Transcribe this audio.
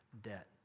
debt